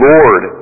Lord